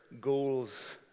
goals